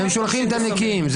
הם שולחים את הנקיים.